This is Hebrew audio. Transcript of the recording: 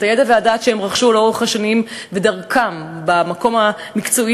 את הידע והדעת שהם רכשו לאורך השנים בדרכם במקום המקצועי,